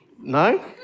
no